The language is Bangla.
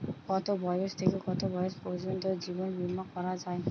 কতো বয়স থেকে কত বয়স পর্যন্ত জীবন বিমা করা যায়?